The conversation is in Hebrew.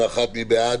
הסתייגות מס' 12. מי בעד